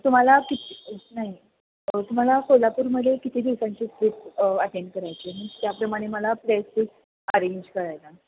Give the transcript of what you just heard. तुम्हाला किती नाही तुम्हाला कोलापूरमध्ये किती दिवसांची ट्रीप अटेंड करायची मी त्याप्रमाणे मला प्लेसिस अरेंज करायला